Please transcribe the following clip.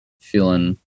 feeling